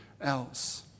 else